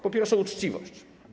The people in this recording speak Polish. Po pierwsze - uczciwość.